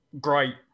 great